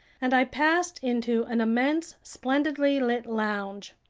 and i passed into an immense, splendidly lit lounge.